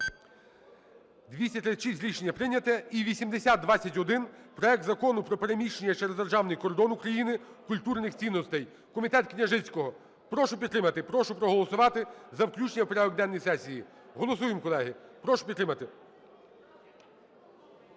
За-236 Рішення прийнято. І 8021: проект Закону про переміщення через державний кордон України культурних цінностей. Комітет Княжицького. Прошу підтримати, прошу проголосувати за включення в порядок денний сесії. Голосуємо, колеги. Прошу підтримати.